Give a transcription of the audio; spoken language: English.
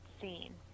scene